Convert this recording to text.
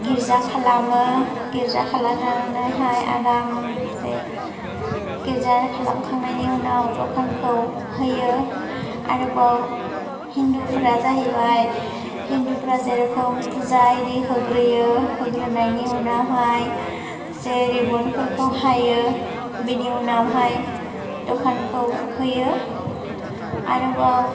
गिर्जा खालामो गिर्जा खालामनानैहाय आरामसे गिर्जा खालामखांनायनि उनाव दखानखौ होयो आरोबाव हिन्दुफोरा जाहैबाय हिन्दुफोरा जेरेख'म फुजा आरि होग्रोयो होग्रोनायनि उनावहाय जे रिब'नफोरखौ हायो बेनि उनावहाय दखानखौ होयो आरोबाव